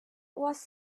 was